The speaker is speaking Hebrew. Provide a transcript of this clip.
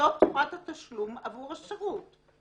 זאת צורת התשלום עבור השירות.